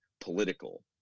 political